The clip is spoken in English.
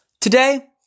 Today